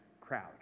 crowd